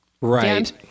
Right